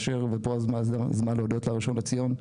ופה הזמן להודות לראשון לציון,